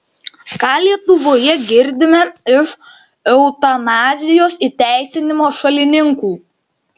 ką lietuvoje girdime iš eutanazijos įteisinimo šalininkų